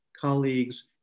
colleagues